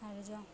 କାର୍ଯ୍ୟ